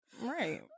right